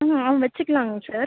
ம் ஆ வச்சுக்கலாங்க சார்